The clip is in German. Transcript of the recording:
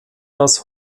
das